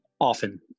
often